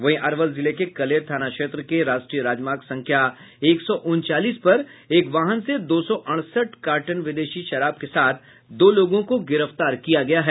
वहीं अरवल जिले के कलेर थाना क्षेत्र के राष्ट्रीय राजमार्ग संख्या एक सौ उनचालीस पर एक वाहन से दो सौ अड़सठ कार्टन विदेशी शराब के साथ दो लोगों को गिरफ्तार किया गया है